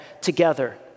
together